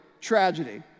tragedy